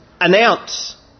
announce